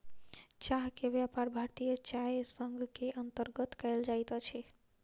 चाह के व्यापार भारतीय चाय संग के अंतर्गत कयल जाइत अछि